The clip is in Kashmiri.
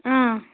آ